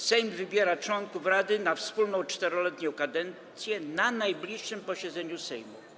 Sejm wybiera członków Rady na wspólną 4-letnią kadencję na najbliższym posiedzeniu Sejmu.